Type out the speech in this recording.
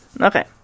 Okay